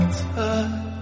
touch